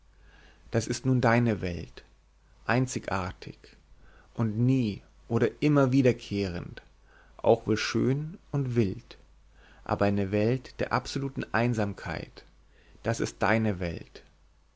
das ist nun deine welt einzigartig und nie oder immer wiederkehrend auch wohl schön und wild aber eine welt der absoluten einsamkeit das ist deine welt